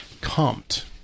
compt